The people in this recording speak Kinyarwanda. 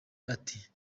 ati